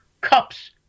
cups